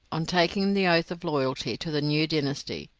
on taking the oath of loyalty to the new dynasty,